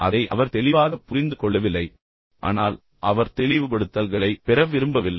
அதை அவர் தெளிவாக புரிந்து கொள்ளவில்லை ஆனால் அவர் தெளிவுபடுத்தல்களை பெற விரும்பவில்லை